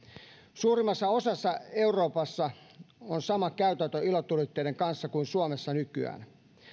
suurimmassa osassa eurooppaa on sama käytäntö ilotulitteiden kanssa kuin suomessa nykyään